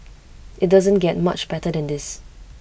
IT doesn't get much better than this